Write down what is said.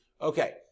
Okay